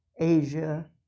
Asia